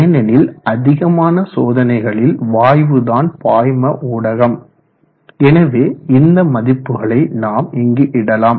ஏனெனில் அதிகமான சோதனைகளில் வாயு தான் பாய்ம ஊடகம் எனவே இந்த மதிப்புகளை நாம் இங்கிடலாம்